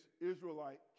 Israelite